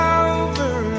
over